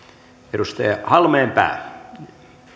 edustaja halmeenpää